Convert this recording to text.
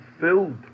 filled